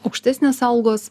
aukštesnės algos